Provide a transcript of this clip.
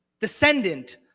descendant